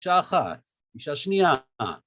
‫אישה אחת, אישה שנייה.